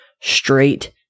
straight